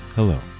Hello